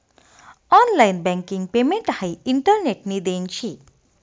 online banking payment हाई इंटरनेटनी देन शे